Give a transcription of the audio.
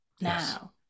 now